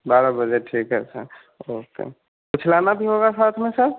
बारह बजे ठीक है सर ओके कुछ लाना भी होगा साथ में सर